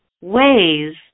ways